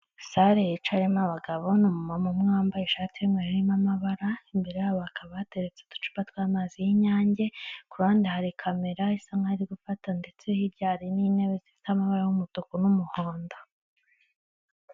Sare yicayemo abagabo n'umumama umwe wambaye ishati y'umweru irimo amabara, imbere yabo hakaba hateretse uducupa tw'amazi y'Inyange, ku hande hari kamera isa nk'aho iri gufata, ndetse hirya hari n'intebe zifite amabara y'umutuku n'umuhondo.